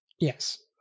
Yes